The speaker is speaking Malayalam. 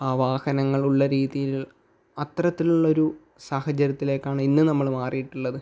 വാഹനങ്ങളുള്ള രീതിയിൽ അത്തരത്തിലുള്ളൊരു സാഹചര്യത്തിലേക്കാണ് ഇന്ന് നമ്മൾ മാറിയിട്ടുള്ളത്